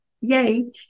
yay